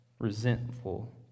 resentful